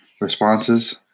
responses